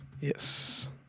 Yes